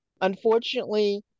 Unfortunately